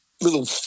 little